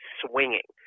swinging